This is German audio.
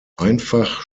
einfach